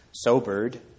Sobered